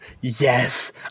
Yes